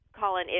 Colin